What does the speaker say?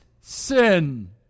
sin